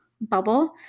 bubble